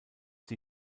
die